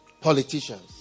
politicians